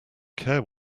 care